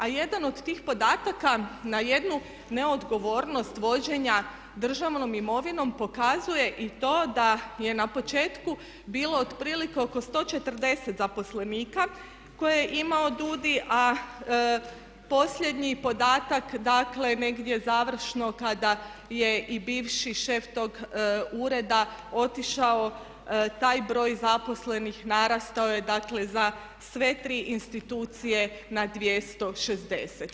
A jedan od tih podataka na jednu neodgovornost vođenja državnom imovinom pokazuje i to da je na početku bilo otprilike oko 140 zaposlenika koje je imao DUUDI, a posljednji podatak dakle negdje završno kada je i bivši šef tog ureda otišao taj broj zaposlenih narastao je, dakle za sve tri institucije na 260.